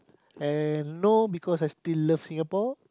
and now because I still love Singapore